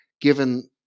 given